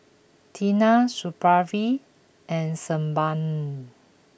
Tena Supravit and Sebamed